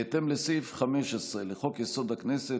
בהתאם לסעיף 15 לחוק-יסוד: הכנסת,